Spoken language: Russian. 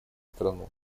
страну